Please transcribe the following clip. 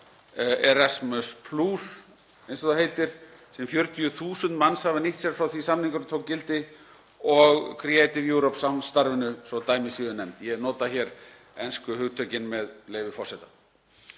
Erasmus+ eins og það heitir, sem 40.000 manns hafa nýtt sér frá því samningurinn tók gildi og Creative Europe-samstarfinu, svo dæmi séu nefnd. Ég nota hér ensku hugtökin, með leyfi forseta.